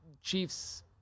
chiefs